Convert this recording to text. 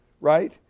Right